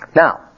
Now